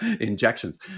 injections